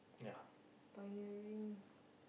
pioneering